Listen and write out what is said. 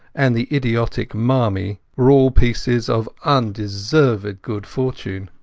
and the idiotic marmie, were all pieces of undeserved good fortune.